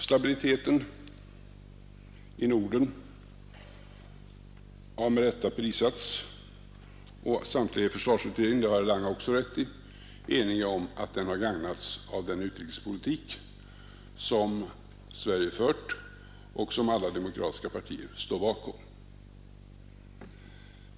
Stabiliteten i Norden har med rätta prisats, och samtliga i försvarsutredningen — det har herr Lange också rätt i — är eniga om att den har gagnats av den utrikespolitik som Sverige fört och som alla demokratiska partier står bakom.